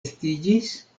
estiĝis